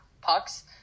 pucks